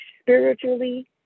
spiritually